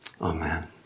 Amen